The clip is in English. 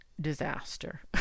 disaster